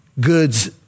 goods